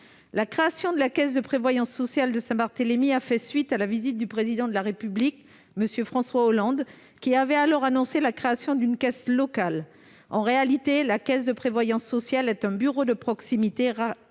La création de la caisse de prévoyance sociale de Saint-Barthélemy a fait suite à la visite du Président de la République, M. François Hollande, qui avait alors annoncé la création d'une caisse locale. En réalité, la caisse de prévoyance sociale est un bureau de proximité rattaché